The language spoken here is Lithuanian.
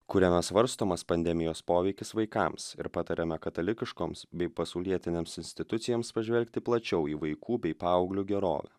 kuriame svarstomas pandemijos poveikis vaikams ir patariame katalikiškoms bei pasaulietinėms institucijoms pažvelgti plačiau į vaikų bei paauglių gerovę